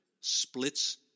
splits